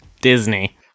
Disney